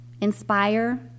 inspire